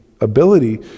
ability